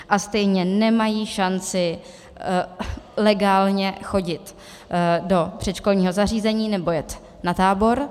A stejně nemají šanci legálně chodit do předškolního zařízení nebo jet na tábor.